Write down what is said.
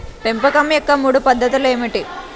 పెంపకం యొక్క మూడు పద్ధతులు ఏమిటీ?